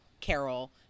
Carol